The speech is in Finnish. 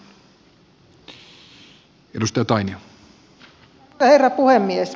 arvoisa herra puhemies